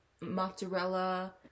mozzarella